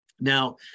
Now